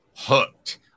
Hooked